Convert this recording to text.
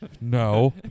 No